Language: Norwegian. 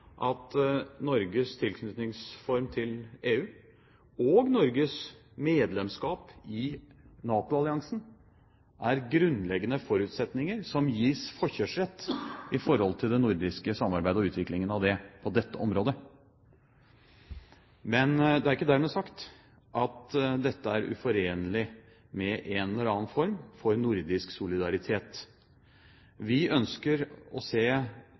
at Norges tilknytningsform til EU og Norges medlemskap i NATO-alliansen er grunnleggende forutsetninger som gis forkjørsrett i forhold til det nordiske samarbeidet og utviklingen av det på dette området. Men det er ikke dermed sagt at dette er uforenlig med en eller annen form for nordisk solidaritet. Vi ønsker å se